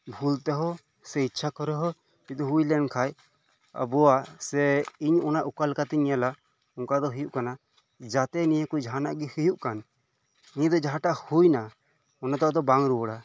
ᱵᱷᱩᱞ ᱛᱮᱦᱚᱸ ᱥᱮ ᱤᱪᱪᱷᱟ ᱠᱚᱨᱮ ᱦᱚᱸ ᱡᱩᱫᱤ ᱦᱳᱭ ᱞᱮᱱ ᱠᱷᱟᱱ ᱟᱵᱚᱣᱟᱜ ᱥᱮ ᱤᱧ ᱚᱱᱟ ᱚᱠᱟ ᱞᱮᱠᱟᱛᱮᱧ ᱧᱮᱞᱟ ᱚᱱᱠᱟ ᱫᱚ ᱦᱳᱭᱳᱜ ᱠᱟᱱᱟ ᱡᱟᱛᱮ ᱱᱤᱭᱟᱹ ᱠᱚ ᱡᱟᱦᱟᱱᱟᱜ ᱜᱮ ᱦᱳᱭᱳᱜ ᱠᱟᱱ ᱱᱤᱭᱟᱹ ᱫᱚ ᱡᱟᱦᱟᱸᱴᱟᱜ ᱦᱳᱭᱮᱱᱟ ᱚᱱᱟ ᱫᱚ ᱟᱫᱚ ᱵᱟᱝ ᱨᱩᱣᱟᱹᱲᱟ